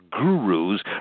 gurus